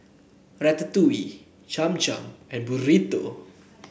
Ratatouille Cham Cham and Burrito